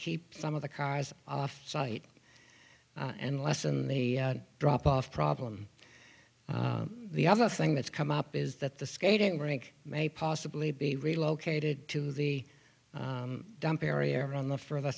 keep some of the cars off site and lessen the drop off problem the other thing that's come up is that the skating rink may possibly be relocated to the dump area around the for